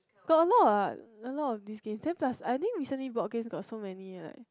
got a lot a lot of these games then plus I think recently board games got so many like